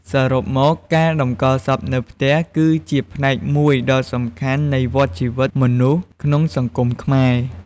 សរុបមក ការតម្កល់សពនៅផ្ទះ គឺជាផ្នែកមួយដ៏សំខាន់នៃវដ្តជីវិតមនុស្សក្នុងសង្គមខ្មែរ។